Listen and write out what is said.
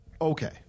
okay